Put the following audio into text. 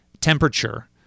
temperature